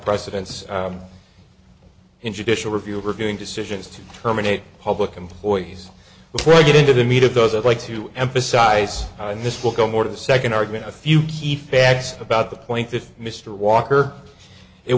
precedents in judicial review of reviewing decisions to terminate public employees before i get into the meat of those i'd like to emphasize and this will go more to the second are going to a few key facts about the point that mr walker it